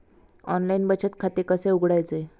Online बचत खाते कसे उघडायचे?